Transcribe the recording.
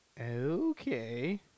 Okay